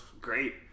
great